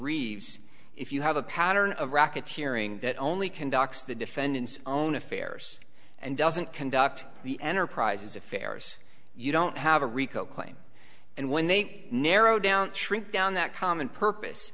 reeves if you have a pattern of racketeering that only conducts the defendant's own affairs and doesn't conduct the enterprises affairs you don't have a rico claim and when they narrow down shrink down that common purpose